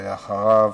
ואחריו,